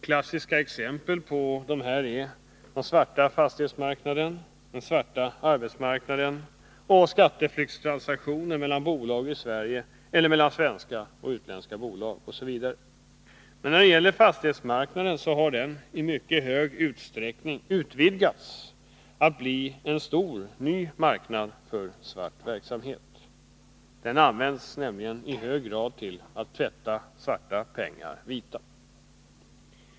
Klassiska exempel är den svarta fastighetsmarknaden, den svarta arbetsmarknaden och skatteflyktstransak tioner mellan bolag i Sverige eller mellan svenska och utländska bolag. Fastighetsmarknaden har i mycket stor utsträckning utvidgats till att bli en stor, ny marknad för svart verksamhet. Den används nämligen i hög grad till att ”tvätta” svarta pengar vita.